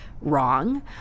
wrong